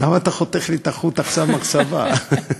למה אתה חותך לי את חוט המחשבה עכשיו?